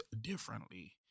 differently